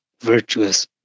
virtuous